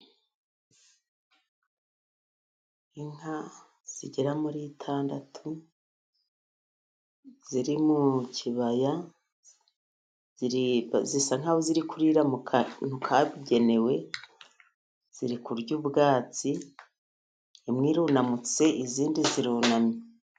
Inka zigera muri esheshatu ziri mu kibaya zisa nk'aho ziri kurira mu kantu kabugenewe, ziri kurya ubwatsi imwe irunamutse, izindi zirunamye.